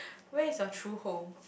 where is your true home